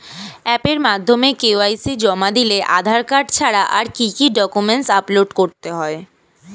অ্যাপের মাধ্যমে কে.ওয়াই.সি জমা দিলে আধার কার্ড ছাড়া আর কি কি ডকুমেন্টস আপলোড করতে হবে?